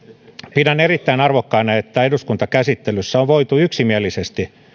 pidän erittäin arvokkaana että eduskuntakäsittelyssä on voitu yksimielisesti